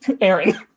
Aaron